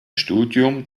studium